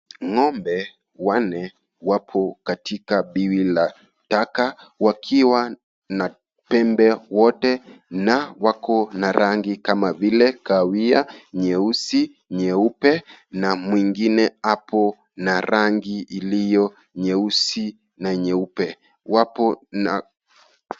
Ng'ombe wanne wapo katika biwi la taka, wakiwa na pembe wote na wakona rangi kama vile; kawia, nyeusi, nyeupe na mwingine hapo na rangi iliyo nyeusi na nyeupe.